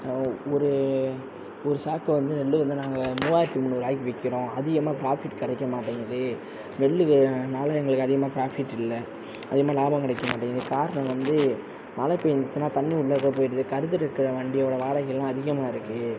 ஒரு ஒரு சாக்கை வந்து நெல் வந்து நாங்கள் மூவாயிரத்து முன்னூறுவாய்க்கு விற்கிறோம் அதிகமாக பிராஃபிட் கிடைக்க மாட்டேங்கிது நெல்லுனால எங்களுக்கு அதிகமாக பிராஃபிட் இல்லை அதிகமாக லாபம் கிடைக்க மாட்டேங்கிது காரணம் வந்து மழை பேஞ்சுச்சின்னா தண்ணி உள்ளக்க போயிவிடுது கருதறுக்கிற வண்டியோட வாடகையும் அதிகமாக இருக்கு